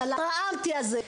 התרעתי על זה,